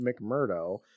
McMurdo